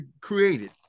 created